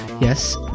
yes